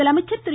முதலமைச்சர் திரு